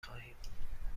خواهیم